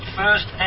first